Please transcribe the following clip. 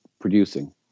producing